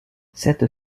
cette